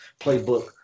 playbook